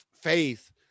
faith